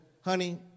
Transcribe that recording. honey